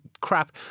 crap